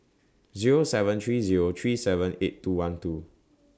Zero seven three Zero three seven eight two one two